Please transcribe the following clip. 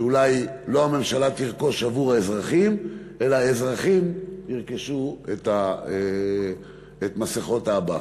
שאולי לא היא תרכוש עבור האזרחים אלא האזרחים ירכשו את מסכות האב"כ.